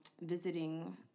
visiting